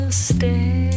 stay